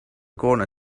corner